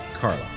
Carla